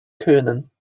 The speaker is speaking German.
können